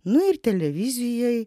nu ir televizijoj